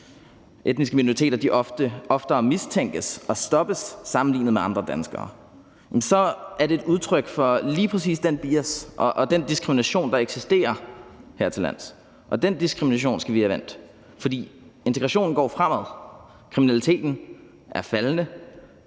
etniske minoriteter oftere mistænkes og stoppes sammenlignet med andre danskere, så er det et udtryk for lige præcis den bias og den diskrimination, der eksisterer hertillands. Den diskrimination skal vi have vendt. For integrationen går fremad. Kriminaliteten er faldende,